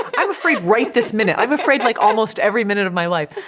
i'm afraid right this minute. i'm afraid, like, almost every minute of my life.